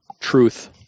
truth